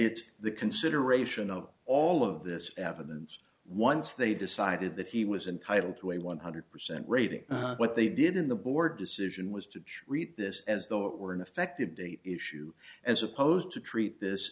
it's the consideration of all of this evidence once they decided that he was entitle to a one hundred percent rating what they did in the board decision was to treat this as though it were an effective date issue as opposed to treat this